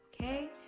okay